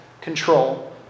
control